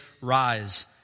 rise